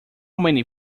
many